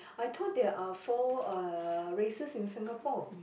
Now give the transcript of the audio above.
I thought there are four uh races in Singapore